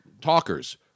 talkers